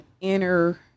inner